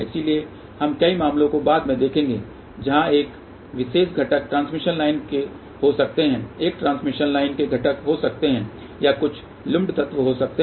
इसलिए हम कई मामलों को बाद में देखेंगे जहां यह विशेष घटक ट्रांसमिशन लाइन के हो सकते है एक ट्रांसमिशन लाइन के घटक हो सकते है या कुछ लूम्पड तत्व हो सकते हैं